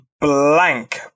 blank